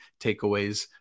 takeaways